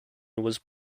was